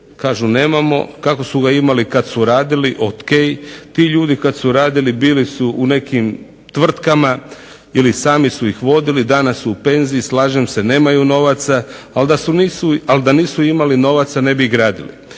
kažu nemamo, kako su ga imali kada su radili, ok, ti ljudi kada su radili bili su u nekim tvrtkama, sami su ih vodili, danas su u penziji nemaju novaca ali da nisu imali novaca ne bi gradili.